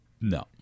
No